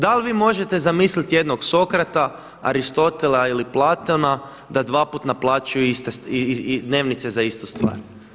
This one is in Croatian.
Da li vi možete zamisliti jednog Sokrata, Aristotela ili Platona da dva puta naplaćuje dnevnice za istu stvar?